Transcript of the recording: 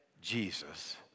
Jesus